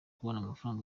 amafaranga